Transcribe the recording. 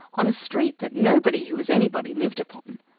on a street that nobody who was anybody lived upon.